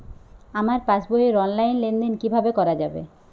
আমার পাসবই র অনলাইন লেনদেন কিভাবে করা যাবে?